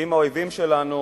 שאם האויבים שלנו